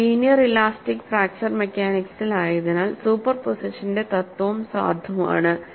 നമ്മൾ linear elastic fracture മെക്കാനിക്സിലായതിനാൽ സൂപ്പർപോസിഷന്റെ തത്വം സാധുവാണ്